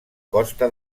costa